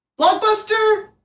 Blockbuster